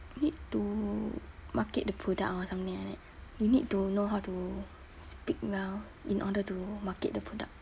need to market the product or something like that you need to know how to speak well in order to market the product